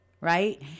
Right